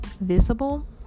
visible